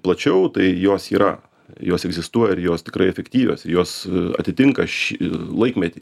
plačiau tai jos yra jos egzistuoja ir jos tikrai efektyvios ir jos atitinka šį laikmetį